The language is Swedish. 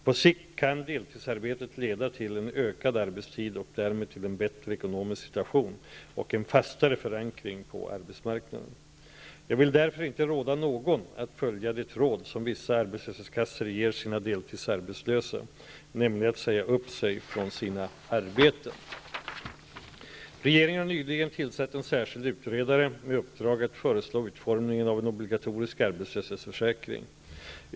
På sikt kan deltidsarbetet leda till en ökad arbetstid och därmed till en bättre ekonomisk situation och en fastare förankring på arbetsmarknaden. Jag vill därför inte råda någon att följa det råd som vissa arbetslöshetskassor ger sina deltidsarbetslösa, nämligen att säga upp sig från sina arbeten. Regeringen har nyligen tillsatt en särskild utredare med uppdrag att föreslå utformningen av en obligatorisk arbetslöshetsförsäkring .